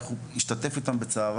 איך הוא השתתף איתם בצערם.